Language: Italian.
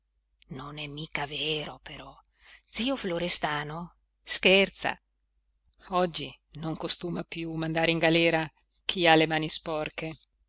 non è mica vero però zio florestano scherza oggi non costuma più mandare in galera chi ha le mani sporche